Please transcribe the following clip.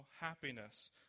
happiness